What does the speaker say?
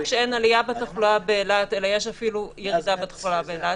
שאין עלייה בתחלואה באילת אלא יש אפילו ירידה בתחלואה באילת,